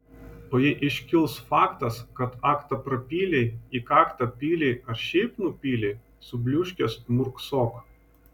o jei iškils faktas kad aktą prapylei į kaktą pylei ar šiaip nupylei subliūškęs murksok